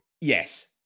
Yes